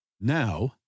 now